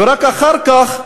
ורק אחר כך,